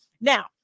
Now